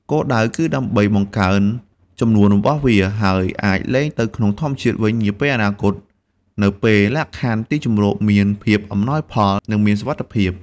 គោលដៅគឺដើម្បីបង្កើនចំនួនរបស់វា ហើយអាចលែងទៅក្នុងធម្មជាតិវិញនាពេលអនាគត នៅពេលលក្ខខណ្ឌទីជម្រកមានភាពអំណោយផល និងមានសុវត្ថិភាព។